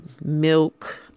milk